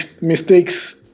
mistakes